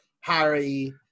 Harry